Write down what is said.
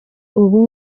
ubu